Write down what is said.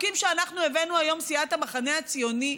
החוקים שהבאנו היום, סיעת המחנה הציוני,